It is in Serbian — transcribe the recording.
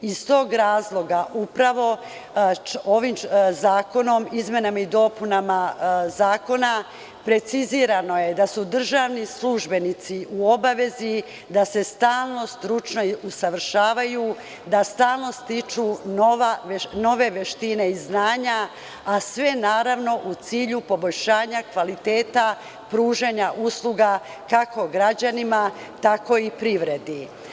Iz tog razloga upravo ovim zakonom, izmenama i dopunama zakona precizirano je da su državni službenici u obavezi da se stalno stručno usavršavaju, da stalno stiču nove veštine i znanja, a sve naravno u cilju poboljšanja kvaliteta pružanja usluga, kako građanima, tako i privredi.